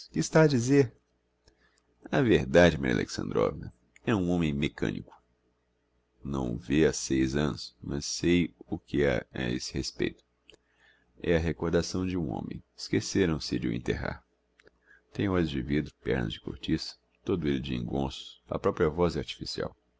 está a dizer a verdade maria alexandrovna é um homem mecanico não o vê ha seis annos mas sei o que ha a esse respeito é a recordação de um homem esquéceram se de o enterrar tem olhos de vidro pernas de cortiça todo elle de engonços a propria voz é artificial